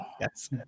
Yes